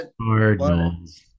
Cardinals